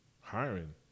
hiring